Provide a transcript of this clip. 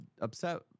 upset